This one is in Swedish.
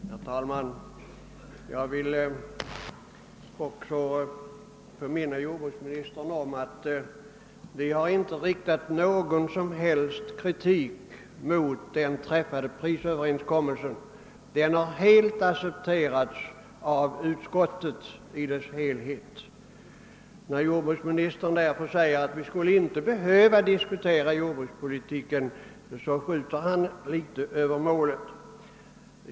Herr talman! Jag vill också påminna jordbruksministern om att vi inte riktat någon som helst kritik mot den träffade prisöverenskommelsen. Den har helt accepterats av utskottet i dess helhet. När jordbruksministern därför säger att vi inte skulle behöva diskutera jordbrukspolitiken, skjuter han litet över målet.